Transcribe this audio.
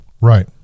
Right